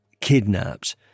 kidnapped